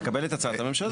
לקבל את הצעת הממשלה.